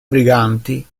briganti